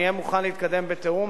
אני אהיה מוכן להתקדם בתיאום,